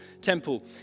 temple